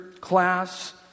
class